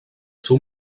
seu